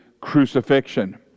crucifixion